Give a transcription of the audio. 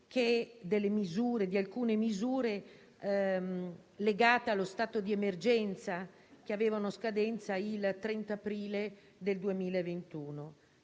prevede proroghe di alcune misure legate allo stato di emergenza che avevano scadenza il 30 aprile 2021.